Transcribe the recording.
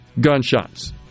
gunshots